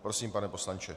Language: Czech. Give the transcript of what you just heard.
Prosím pane poslanče.